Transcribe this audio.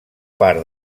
part